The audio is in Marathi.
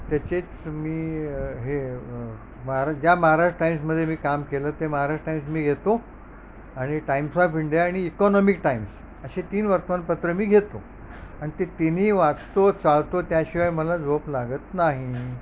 त्याचेच मी हे महारा ज्या महाराष्ट्र टाईम्समदे मी काम केलं ते महाराष्ट्र टाईम्स मी घेतो आणि टाईम्स ऑफ इंडिया आणि इकॉनॉमिक टाइम्स अशे तीन वर्तमानपत्र मी घेतो अन् ते तिन्ही वाचतो चाळतो त्याशिवाय मला जोप लागत नाही